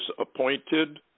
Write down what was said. appointed